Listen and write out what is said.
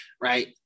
right